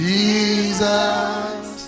Jesus